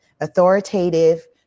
authoritative